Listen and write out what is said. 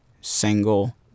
single